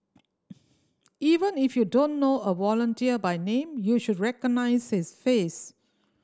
even if you don't know a volunteer by name you should recognise his face